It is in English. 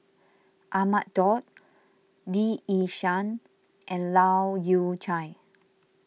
Ahmad Daud Lee Yi Shyan and Leu Yew Chye